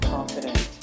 Confident